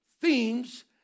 themes